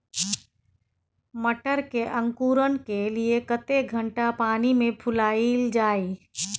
मटर के अंकुरण के लिए कतेक घंटा पानी मे फुलाईल जाय?